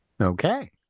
okay